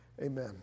Amen